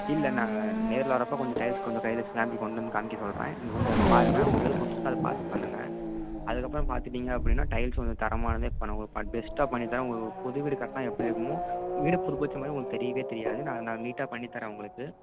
இல்லை நாங்கள் நேரில் வர்றப்போ கொஞ்சம் டைல்ஸ் கொஞ்சம் கையில் சாம்பிள் கொண்டுவந்து காம்மிக்க சொல்கிறேன் நீங்கள் கொஞ்சம் அதில் பாருங்கள் உங்களுக்கு எது பிடிச்சிருக்கோ அதை பார்த்து பண்ணுங்கள் அதுக்கப்புறம் பார்த்துட்டீங்க அப்படினா டைல்ஸ் வந்து தரமானதே பண்ணுவோம் பெஸ்ட்டாக பண்ணித்தர்றோம் உங்களுக்கு புது வீடு கட்டினா எப்படி இருக்குமோ வீடு புதுப்பித்த மாதிரி உங்களுக்கு தெரியவே தெரியாது நான் நீட்டாக பண்ணித்தர்றேன் உங்களுக்கு